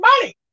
money